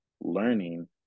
learning